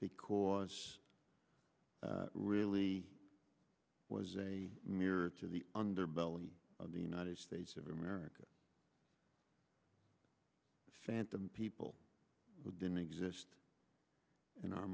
because really was a mirror to the underbelly of the united states of america phantom people we didn't exist in our